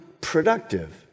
productive